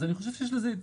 אז אני חושב שיש ייתכנות.